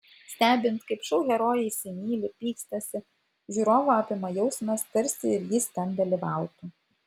stebint kaip šou herojai įsimyli pykstasi žiūrovą apima jausmas tarsi ir jis ten dalyvautų